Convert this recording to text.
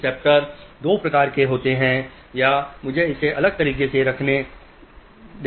receptors दो प्रकार के होते हैं या मुझे इसे अलग तरीके से प्रस्तुत करने दीजिए